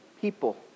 people